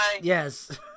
yes